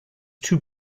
two